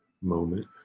moment